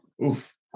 Oof